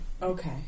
Okay